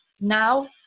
Now